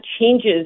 changes